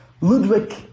Ludwig